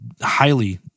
highly